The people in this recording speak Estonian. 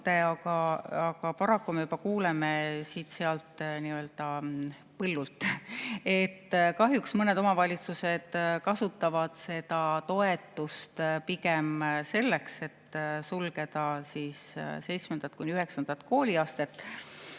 aga paraku me juba kuuleme siit-sealt nii-öelda põllult, et kahjuks mõned omavalitsused kasutavad seda toetust pigem selleks, et sulgeda seitsmendat kuni